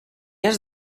has